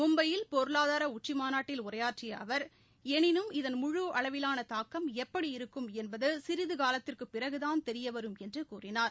மும்பையில் பொருளாதார உச்சிமாநாட்டில் உரையாற்றிய அவர் எனினும் இதன் முழு அளவிலான தாக்கம் எப்படி இருக்கும் என்பது சிறிது காலத்திற்கு பிறகுதான் தெரியவரும் என்று கூறினார்